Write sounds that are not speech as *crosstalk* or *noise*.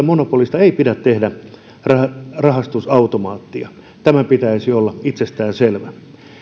*unintelligible* monopolista ei pidä tehdä rahastusautomaattia tämän pitäisi olla itsestään selvä